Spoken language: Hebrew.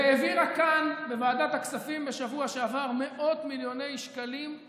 והעבירה כאן בוועדת הכספים בשבוע שעבר מאות מיליוני שקלים,